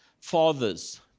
fathers